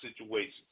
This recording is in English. situations